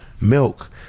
milk